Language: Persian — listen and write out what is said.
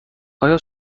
آیا